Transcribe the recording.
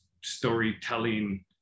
storytelling